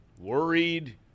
worried